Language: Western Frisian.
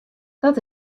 dat